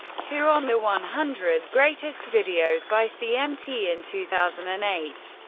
two on the one hundred greatest videos by cmt in two thousand and eight.